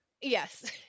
Yes